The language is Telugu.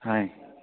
ఆయ్